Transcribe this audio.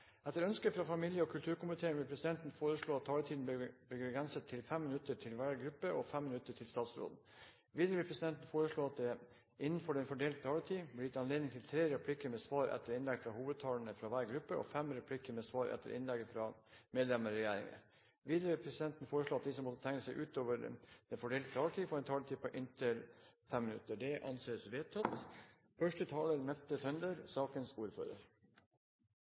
minutter til statsråden. Videre vil presidenten foreslå at det blir gitt anledning til tre replikker med svar etter innlegg av hovedtalerne fra hver partigruppe og fem replikker med svar etter innlegg fra medlemmer av regjeringen innenfor den fordelte taletid. Videre vil presidenten foreslå at de som måtte tegne seg på talerlisten utover den fordelte taletid, får en taletid på inntil 3 minutter. – Det anses vedtatt.